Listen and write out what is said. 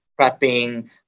prepping